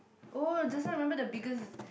oh this one I remember the biggest